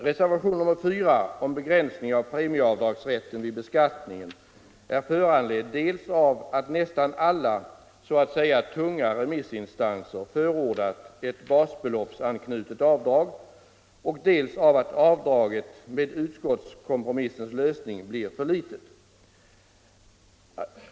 Reservationen 4 om begränsning av premieavdragsrätten vid beskattningen är föranledd dels av att nästan alla så att säga tunga remissinstanser förordat ett basbeloppsanknutet avdrag, dels av att avdraget med utskottskompromissens lösning enligt vår mening blir för litet.